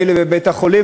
מילא בבית-החולים,